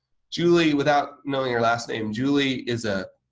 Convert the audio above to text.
julie, without knowing her last name, julie is a